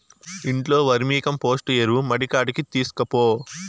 ఇంట్లో వర్మీకంపోస్టు ఎరువు మడికాడికి తీస్కపో